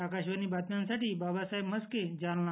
आकाशवाणी बातम्यासाठी बाबासाहेब म्हस्के जालना